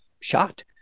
shot